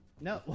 No